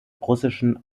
russischen